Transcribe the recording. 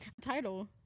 title